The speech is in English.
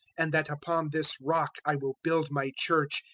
and that upon this rock i will build my church,